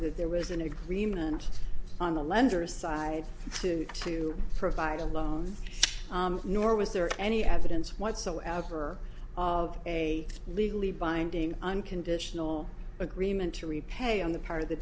that there was an agreement on the lender side to to provide a loan nor was there any evidence whatsoever of a legally binding unconditional agreement to repay on the part of the